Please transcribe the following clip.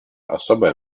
особое